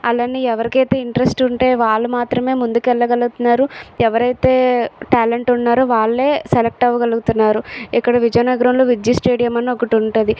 అలాగే ఎవరికి అయితే ఇంట్రెస్ట్ ఉంటే వాళ్ళు మాత్రమే ముందుకు వెళ్ళగలుగుతున్నారు ఎవరైతే టాలెంట్ ఉన్నారో వాళ్ళే సెలెక్ట్ అవ్వగలుగుతున్నారు ఇక్కడ విజయనగరంలో విద్యుత్ స్టేడియం అని ఒకటి ఉంటుంది